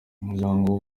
umuryango